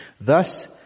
Thus